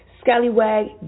scallywag